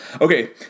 Okay